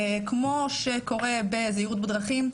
כמו שקורה בזהירות בדרכים,